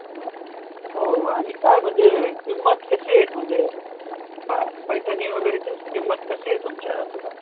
हां हो आणि काय म्हणजे किंमत कशी आहेत म्हणजे प पैठणी वगैरेचे किंमत कशी आहे तुमच्याकडे